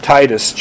Titus